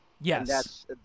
Yes